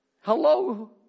Hello